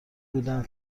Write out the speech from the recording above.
بودم